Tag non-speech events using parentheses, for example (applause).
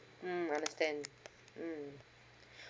mm understand mm (breath)